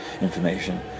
information